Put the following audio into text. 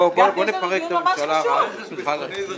בוא נפרק את הממשלה הרעה, חאלס.